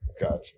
Gotcha